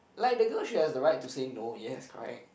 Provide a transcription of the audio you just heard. like the girl she has the right to say no yes correct